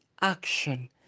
action